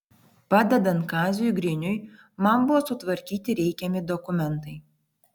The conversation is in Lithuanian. padedant kaziui griniui man buvo sutvarkyti reikiami dokumentai